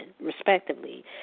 respectively